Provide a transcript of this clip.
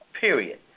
Period